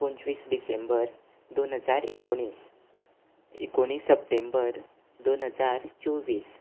पंचवीस डिसेंबर दोन हजार एकुणीस एकुणीस सप्टेंबर दोन हजार चोव्वीस